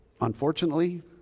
unfortunately